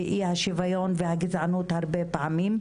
אי השוויון והגזענות הרבה פעמים.